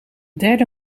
derde